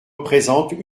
représente